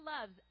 loves